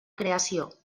creació